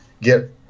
get